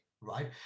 right